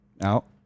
out